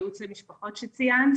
הייעוץ למשפחות שציינת